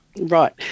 Right